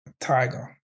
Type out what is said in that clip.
tiger